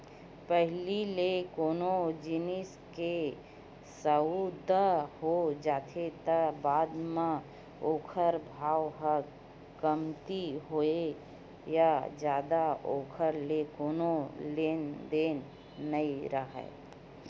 पहिली ले कोनो जिनिस के सउदा हो जाथे त बाद म ओखर भाव ह कमती होवय या जादा ओखर ले कोनो लेना देना नइ राहय